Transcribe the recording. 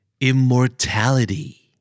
Immortality